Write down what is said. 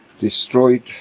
destroyed